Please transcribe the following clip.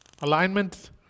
Alignment